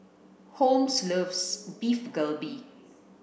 Holmes loves Beef Galbi